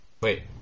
Wait